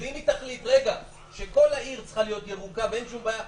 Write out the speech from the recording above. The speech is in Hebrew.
-- אם היא תחליט שכל העיר צריכה להיות ירוקה ואין שום בעיה,